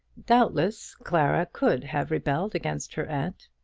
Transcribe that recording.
doubtless clara could have rebelled against her aunt.